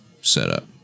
setup